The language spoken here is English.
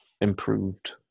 improved